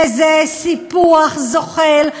וזה סיפוח זוחל,